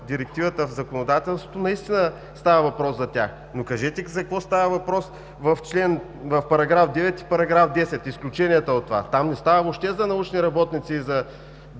Директивата в законодателството, наистина става въпрос за тях. Но кажете за какво става въпрос в § 9 и § 10 – изключенията от това? Там не става въпрос въобще за научни работници и за